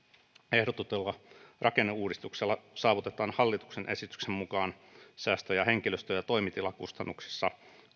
ehdotetulla rakenneuudistuksella saavutetaan hallituksen esityksen mukaan säästöjä henkilöstö ja toimitilakustannuksissa